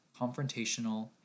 confrontational